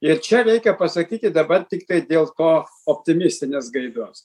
ir čia reikia pasakyti dabar tiktai dėl ko optimistinės gaidos